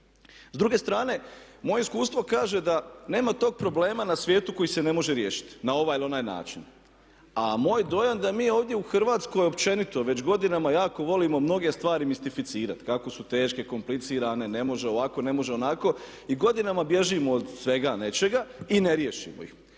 S druge strane moje iskustvo kaže da nema tog problema na svijetu koji se ne može riješiti na ovaj ili onaj način. A moj dojam da mi ovdje u Hrvatskoj općenito već godinama jako volimo mnoge stvari mistificirati kako su teške, komplicirane, ne može ovako, ne može onako i godinama bježimo od svega nečega i ne riješimo ih.